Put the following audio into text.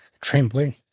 trembling